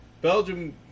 Belgium